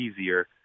easier